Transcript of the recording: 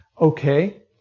okay